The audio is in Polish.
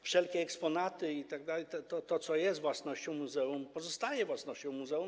Wszelkie eksponaty itd., to, co jest własnością muzeum, pozostaje własnością muzeum.